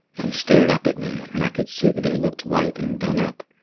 he stared up at me, and i could see that he looked white and done-up.